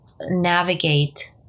navigate